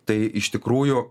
tai iš tikrųjų